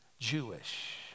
Jewish